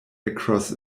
across